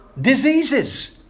diseases